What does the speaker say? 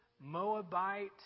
Moabite